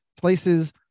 Places